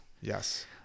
Yes